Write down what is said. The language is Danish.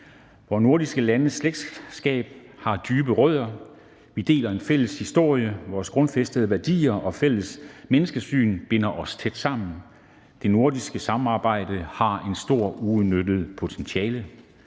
Vore nordiske landes slægtskab har dybe rødder. Vi deler en fælles historie. Vore grundfæstede værdier og fælles menneskesyn binder os tæt sammen. Det nordiske samarbejde har et stort uudnyttet potentiale.